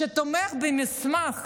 שתומך במסמך